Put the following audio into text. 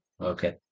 Okay